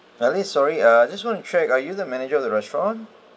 alice sorry uh just want to share uh are you the manager of the restaurant